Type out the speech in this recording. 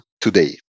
today